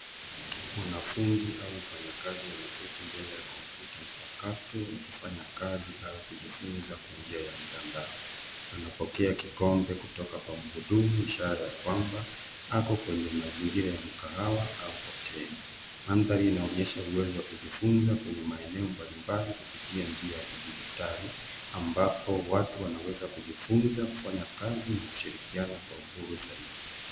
Mwanafunzi au mfanyakazi ameketi mbele ya kompyuta mpakato, akifanya kazi au kujifunza kwa njia ya mtandao. Anapokea kikombe kutoka kwa mgudumu, ishara ya kwamba, ako kwenye mazingira ya mkahawa au hotema. Mandhari inaonyesha uwezo wa kujifunza kwenye maeneo mbalimbali kupitia njiya kidijitali ambapo watu wanaweza kujifunza kufanya kazi na kushirikiana kwa mafaunzo zaidi.